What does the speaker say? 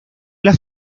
las